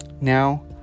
Now